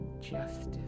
Justice